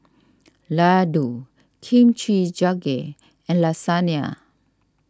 Ladoo Kimchi Jjigae and Lasagne